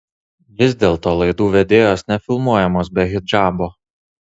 vis dėlto laidų vedėjos nefilmuojamos be hidžabo